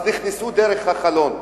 אז נכנסו דרך החלון.